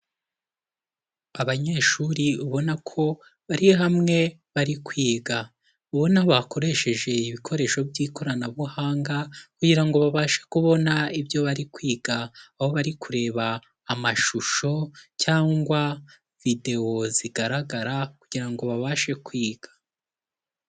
Abanyeshuri ubona ko bari hamwe bari kwiga. Ubona bakoresheje ibikoresho by'ikoranabuhanga kugira ngo babashe kubona ibyo bari kwiga. Aho bari kureba amashusho cyangwa video zigaragara kugira ngo babashe kwiga.